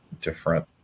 different